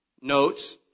notes